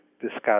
discuss